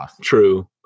True